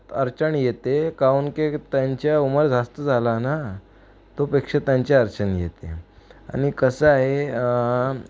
अडचण येते काउन के त्यांच्या उमर जास्त झाला ना तो पेक्षा त्यांचे अडचण येते आणि कसं आहे